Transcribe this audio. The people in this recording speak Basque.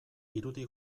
irudi